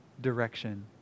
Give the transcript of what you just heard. direction